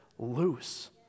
loose